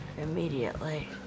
Immediately